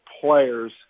players